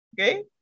Okay